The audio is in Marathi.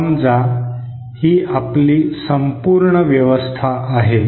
समजा ही आपली संपूर्ण व्यवस्था आहे